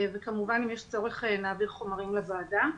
כמובן אם יש צורך, נעביר חומרים לוועדה.